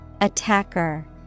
Attacker